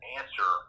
answer